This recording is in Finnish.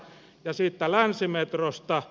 ja siitä länsimetrosta